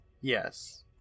Yes